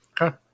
Okay